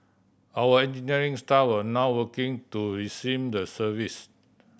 our engineering staff are now working to resume the service